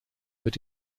mit